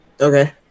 okay